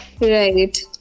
right